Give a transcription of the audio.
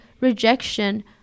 rejection